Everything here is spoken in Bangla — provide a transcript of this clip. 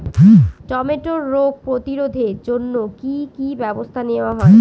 টমেটোর রোগ প্রতিরোধে জন্য কি কী ব্যবস্থা নেওয়া হয়?